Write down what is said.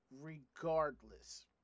regardless